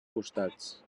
costats